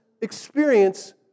experience